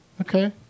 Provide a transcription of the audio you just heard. Okay